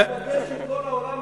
להיפגש עם כל העולם הערבי.